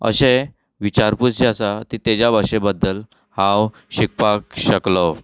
अशे विचारपूस जी आसा ती तेज्या भाशे बद्दल हांव शिकपाक शकलों